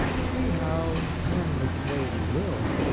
see how, turn which way we will,